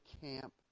camp